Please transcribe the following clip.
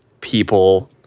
people